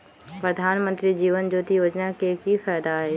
प्रधानमंत्री जीवन ज्योति योजना के की फायदा हई?